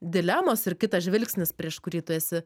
dilemos ir kitas žvilgsnis prieš kurį tu esi